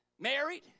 Married